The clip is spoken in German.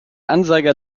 ansager